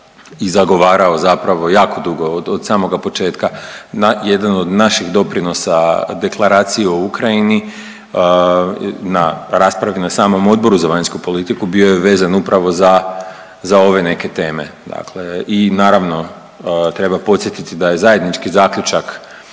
i zagovarao zapravo jako dugo od samoga početka. Jedan od naših doprinosa Deklaraciji o Ukrajini, na raspravi na samom Odboru za vanjsku politiku bio je vezan upravo za ove neke teme. Dakle i naravno treba podsjetiti da je zajednički zaključak